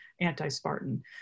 anti-Spartan